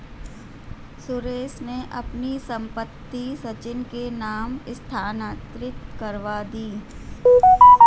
सुरेश ने अपनी संपत्ति सचिन के नाम स्थानांतरित करवा दी